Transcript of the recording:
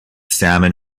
salmon